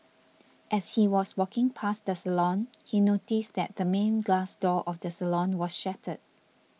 as he was walking past the salon he noticed that the main glass door of the salon was shattered